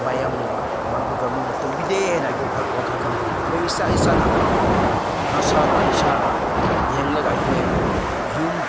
ꯃꯌꯥꯝꯅ ꯃꯅꯤꯄꯨꯔ ꯒꯣꯕꯔꯃꯦꯟꯅ ꯇꯧꯕꯤꯗꯦ ꯍꯥꯏꯅ ꯑꯩꯈꯣꯏ ꯋꯥꯈꯜ ꯈꯟꯗꯨꯅ ꯑꯩꯈꯣꯏ ꯏꯁꯥ ꯏꯁꯥꯅ ꯅꯁꯥꯅ ꯏꯁꯥꯅ ꯌꯦꯡꯂꯒ ꯑꯩꯈꯣꯏ ꯌꯨꯝ